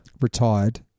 Retired